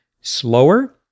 slower